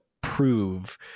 prove